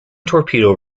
torpedo